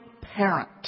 parent